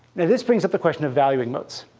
this brings up the question of valuing moats.